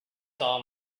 saw